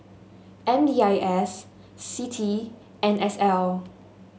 M D I S CITI N S L